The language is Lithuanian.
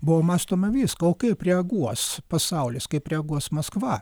buvo mąstoma visko o kaip reaguos pasaulis kaip reaguos maskva